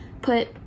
put